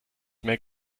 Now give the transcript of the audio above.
mehr